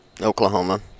Oklahoma